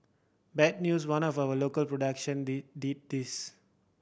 bad news one of the local production did this